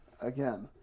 Again